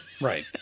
Right